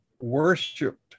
worshipped